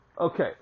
okay